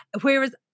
whereas